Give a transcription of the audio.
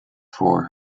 for